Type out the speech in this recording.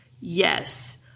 yes